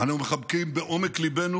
אנו מחבקים בעומק ליבנו